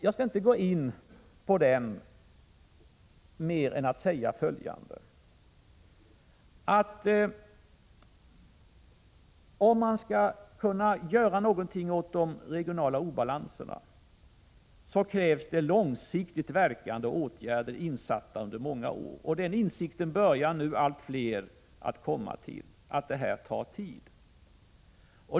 Jag skall inte gå in på dem mer än att säga följande: För att kunna göra någonting åt de regionala obalanserna krävs långsiktigt verkande åtgärder insatta under många år. Allt fler börjar nu komma till insikt om att detta tar tid.